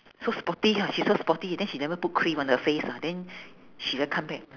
so sporty ha she so sporty then she never put cream on her face ah then she just come back